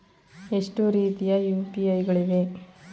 ಎಷ್ಟು ರೀತಿಯ ಯು.ಪಿ.ಐ ಗಳಿವೆ?